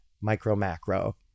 micro-macro